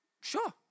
Sure